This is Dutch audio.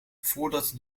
voordat